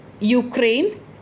Ukraine